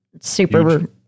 Super